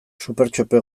supertxope